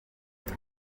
muri